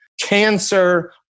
cancer